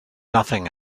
nothing